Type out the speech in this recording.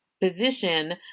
position